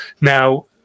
Now